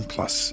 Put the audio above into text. Plus